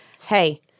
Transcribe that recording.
hey